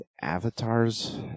avatars